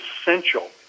essential